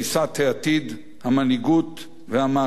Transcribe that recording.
המנהיגות והמעשה של יצחק רבין,